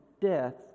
death